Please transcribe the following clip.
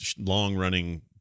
long-running